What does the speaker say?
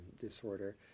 disorder